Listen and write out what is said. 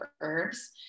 herbs